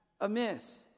amiss